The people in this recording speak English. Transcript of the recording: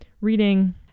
reading